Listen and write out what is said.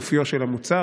באופיו של המוצר,